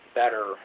better